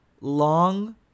long